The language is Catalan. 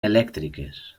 elèctriques